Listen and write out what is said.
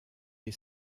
est